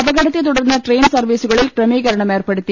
അപകടത്തെ തുടർന്ന് ട്രെയിൻ സർവീസുകളിൽ ക്രമീകരണം ഏർപ്പെടുത്തി